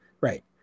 right